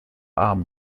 arm